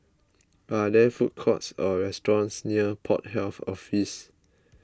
are there food courts or restaurants near Port Health Office